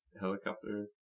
helicopter